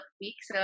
weeks